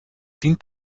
dient